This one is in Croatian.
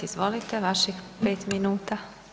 Izvolite, vaših 5 minuta.